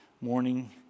morning